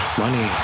money